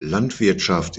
landwirtschaft